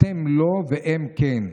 אתם לא והם כן,